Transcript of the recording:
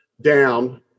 down